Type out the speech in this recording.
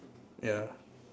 ya